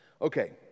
Okay